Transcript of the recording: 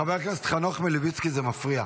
חבר הכנסת חנוך מלביצקי, זה מפריע.